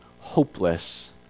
hopeless